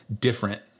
different